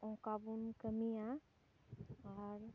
ᱚᱱᱟ ᱵᱚᱱ ᱠᱟᱹᱢᱤᱭᱟ ᱟᱨ